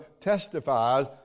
testifies